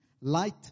light